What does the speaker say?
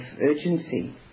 urgency